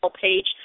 page